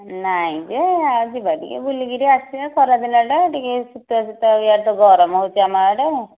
ନାହିଁ ଯେ ଆଉ ଯିବା ଟିକେ ବୁଲିକରି ଆସିବା ଖରା ଦିନଟା ଟିକେ ଶିତୁଆ ଶିତୁଆ ଇଆଡ଼େ ତ ଗରମ ହେଉଛି ଆମ ଆଡ଼େ